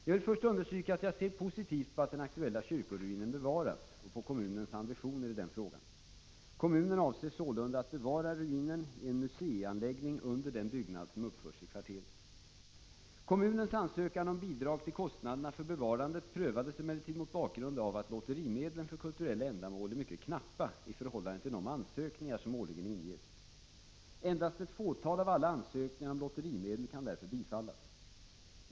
Jag vill först understryka att jag ser positivt på att den aktuella kyrkoruinen bevaras och på kommunens ambitioner i denna fråga. Kommunen avser sålunda att bevara ruinen i en museianläggning under den byggnad som uppförts i kvarteret. Kommunens ansökning om bidrag när det gäller kostnaderna för bevarandet prövades emellertid mot bakgrund av att lotterimedlen för kulturella ändamål är mycket knappa i förhållande till de ansökningar som årligen inges. Endast ett fåtal av alla ansökningar om lotterimedel kan därför bifallas.